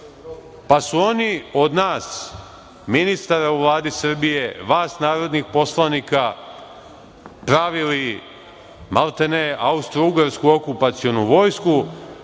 pa su oni od nas ministara u Vladi Srbije, vas narodnih poslanika pravili maltene austrougarsku okupacionu vojsku